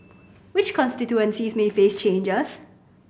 which constituencies may face changes